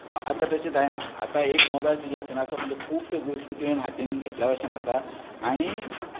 पूण आतां तशें जायना आतां एक मोबायल तुज्या हातीन आसप म्हणजें खुबशो गोश्टी तुवें हातीन घेतल्या भशेन आसा आनी